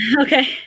Okay